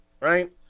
right